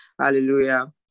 Hallelujah